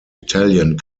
italian